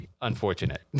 unfortunate